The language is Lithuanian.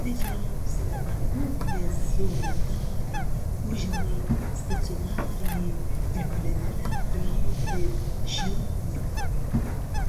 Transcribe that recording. didžiausią ūkinės zonos dalį užima stacionariniai ir plėvele traukti šiltnamiai